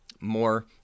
more